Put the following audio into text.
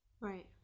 Right